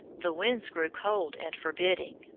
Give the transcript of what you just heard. the winds grew cold and forbidding,